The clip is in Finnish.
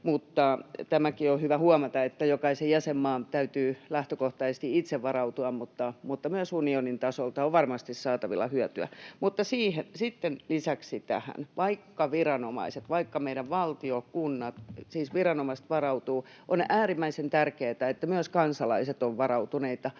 Tämäkin on hyvä huomata, että jokaisen jäsenmaan täytyy lähtökohtaisesti itse varautua, mutta myös unionin tasolta on varmasti saatavilla hyötyä. Mutta sitten lisäksi tähän, että vaikka viranomaiset, vaikka meidän valtio, kunnat — siis viranomaiset — varautuvat, on äärimmäisen tärkeätä, että myös kansalaiset ovat varautuneita,